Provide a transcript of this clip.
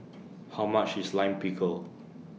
How much IS Lime Pickle